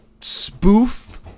spoof